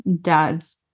dad's